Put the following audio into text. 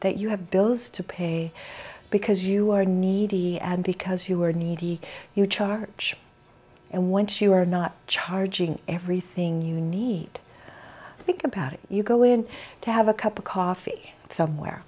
that you have bills to pay because you are needy and because you are needy you charge and once you are not charging everything you need think about it you go in to have a cup of coffee somewhere